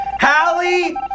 Hallie